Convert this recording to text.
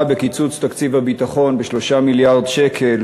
בקיצוץ תקציב הביטחון ב-3 מיליארד שקל